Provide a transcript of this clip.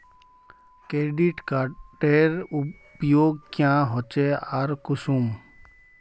Credit कार्डेर उपयोग क्याँ होचे आर कुंसम?